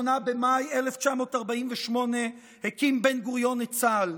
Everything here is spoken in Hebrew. ב-28 במאי 1948 הקים בן-גוריון את צה"ל,